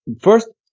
First